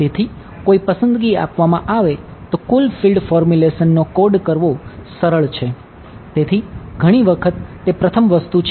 તેથી કોઈ પસંદગી આપવામાં આવે તો કુલ ફીલ્ડ ફોર્મ્યુલેશન છે